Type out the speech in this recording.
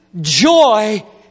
joy